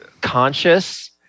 Conscious